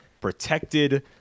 Protected